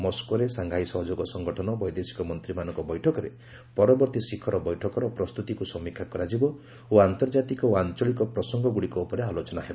ମସ୍କୋରେ ସାଂଘାଇ ସହଯୋଗ ସଂଗଠନ ବୈଦେଶିକ ମନ୍ତ୍ରୀମାନଙ୍କ ବୈଠକରେ ପରବର୍ତ୍ତୀ ଶିଖର ବୈଠକର ପ୍ରସ୍ତୁତିକୁ ସମୀକ୍ଷା କରାଯିବ ଓ ଆନ୍ତର୍ଜାତିକ ଓ ଆଞ୍ଚଳିକ ପ୍ରସଙ୍ଗ ଗୁଡ଼ିକ ଉପରେ ଆଲୋଚନା ହେବ